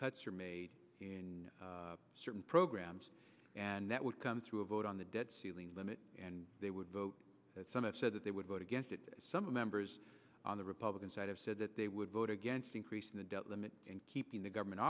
cuts are made in certain programs and that would come through a vote on the debt ceiling limit and they would vote that some have said that they would vote against it some members on the republican side have said that they would vote against increasing the debt limit and keeping the government